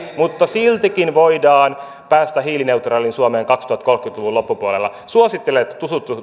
mutta siltikin voidaan päästä hiilineutraaliin suomeen kaksituhattakolmekymmentä luvun loppupuolella suosittelen että